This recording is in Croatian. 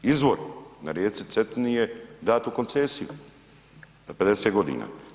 Izvor na rijeci Cetini je dat u koncesiju na 50 godina.